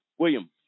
William